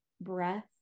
breath